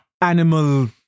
Animal